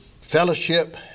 Fellowship